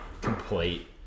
complete